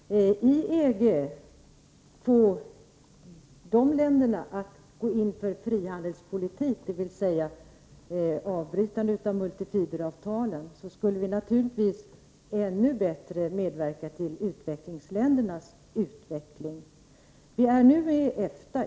Fru talman! Konsekvensen är mycket enkel. Genom att i EG få de länderna att gå in för frihandelspolitik, dvs. avbryta multifiberavtalen, skulle vi naturligtvis ännu bättre medverka till utvecklingsländernas utveckling. Vi är nu med i EFTA.